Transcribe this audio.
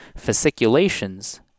fasciculations